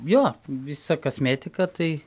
jo visa kasmėtika tai